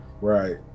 Right